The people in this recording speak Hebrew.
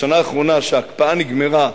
כשההקפאה נגמרה,